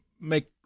make